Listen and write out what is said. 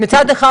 מצד אחד,